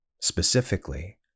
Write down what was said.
specifically